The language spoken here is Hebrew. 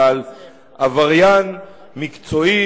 אלא על עבריין מקצועי,